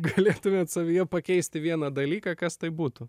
galėtumėt savyje pakeisti vieną dalyką kas tai būtų